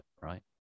right